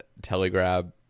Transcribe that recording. telegrab